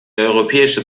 europäische